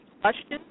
questions